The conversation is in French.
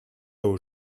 aux